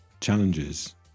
challenges